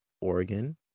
Oregon